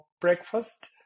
breakfast